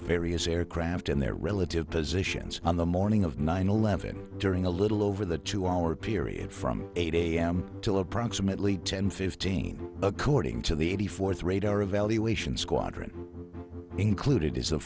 various aircraft and their relative positions on the morning of nine eleven during a little over the two hour period from eight am till approximately ten fifteen according to the eighty fourth radar evaluation squadron included is a